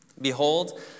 Behold